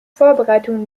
vorbereitungen